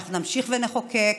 אנחנו נמשיך ונחוקק,